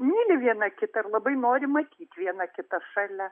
myli viena kitą ir labai nori matyt viena kitą šalia